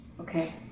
Okay